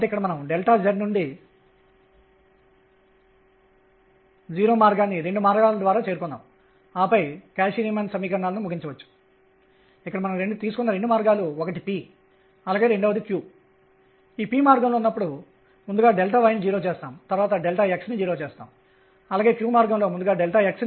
కాబట్టి energy E mZ2e43220221n2 ని పొందుతాము దీనిని n అని పిలుద్దాం ఇక్కడ n అనేది nnr